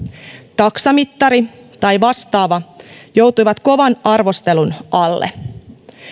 taksamittari tai vastaava joutuivat kovan arvostelun alle